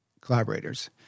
collaborators